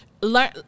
learn